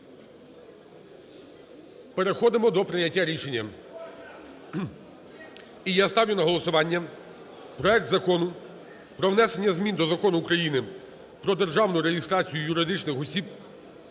переходимо до прийняття рішення. і я ставлю на голосування проект Закону про внесення змін до Закону України "Про державну реєстрацію юридичних осіб,